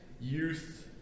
Youth